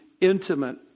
intimate